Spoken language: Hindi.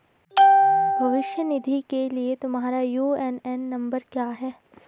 भविष्य निधि के लिए तुम्हारा यू.ए.एन नंबर क्या है?